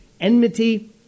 enmity